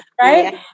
Right